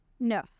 No